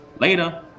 Later